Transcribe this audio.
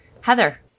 Heather